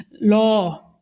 law